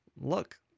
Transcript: look